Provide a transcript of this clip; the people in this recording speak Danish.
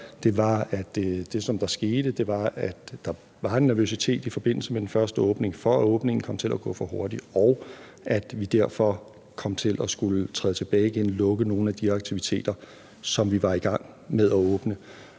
det, der skete, var, at der i forbindelse med den første åbning var en nervøsitet for, at åbningen kom til at gå for hurtigt, og at vi derfor kom til at skulle træde et skridt tilbage igen og lukke nogle af de aktiviteter, som vi var i gang med at åbne,